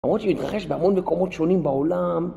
למרות שהוא התרחש בהמון מקומות שונים בעולם